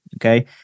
okay